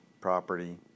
property